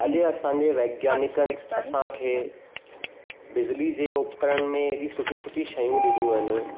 अॼु असांजे वेज्ञानिकनि असांखे बिजली जे उपकरण में हेॾी सुठी सुठी शयूं ॾिनियूं आहिनि